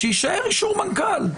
שיישאר אישור מנכ"ל.